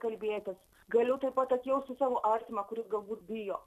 kalbėtis galiu tuoj pat atjausti savo artimą kuris galbūt bijo